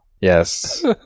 Yes